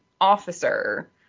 officer